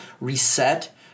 reset